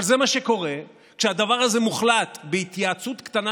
אבל זה מה שקורה כשהדבר הזה מוחלט בהתייעצות קטנה